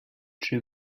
czy